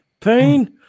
pain